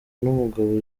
n’umugabo